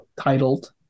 titled